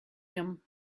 him